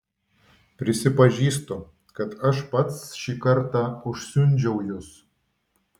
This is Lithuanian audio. prisipažįstu kad aš pats šį kartą užsiundžiau jus